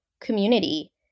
community